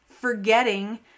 forgetting